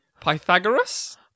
Pythagoras